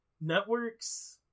networks